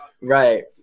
Right